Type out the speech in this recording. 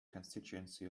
constituency